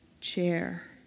chair